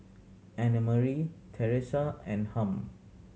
Annemarie Terese and Harm